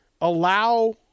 allow